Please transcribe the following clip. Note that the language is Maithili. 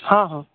हॅं हॅं